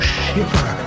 shiver